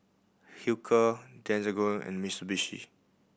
Hilker Desigual and Mitsubishi